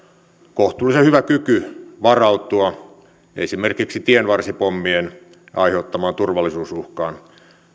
kohtuullisen hyvä kyky varautua esimerkiksi tienvarsipommien aiheuttamaan turvallisuusuhkaan